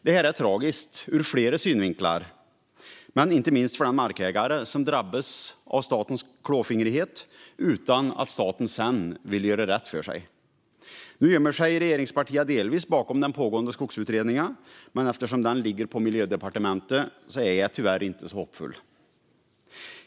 Detta är tragiskt ur flera synvinklar men inte minst för den markägare som drabbas av statens klåfingrighet utan att staten sedan vill göra rätt för sig. Nu gömmer sig regeringspartierna delvis bakom den pågående Skogsutredningen, men eftersom den ligger på Miljödepartementet är jag tyvärr inte så hoppfull.